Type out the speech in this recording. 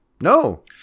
No